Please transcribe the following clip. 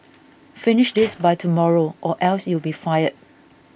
finish this by tomorrow or else you'll be fired